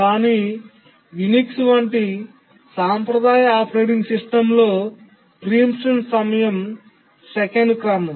కానీ యునిక్స్ వంటి సాంప్రదాయ ఆపరేటింగ్ సిస్టమ్లో ప్రీమిప్షన్ సమయం సెకను క్రమం